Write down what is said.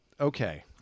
Okay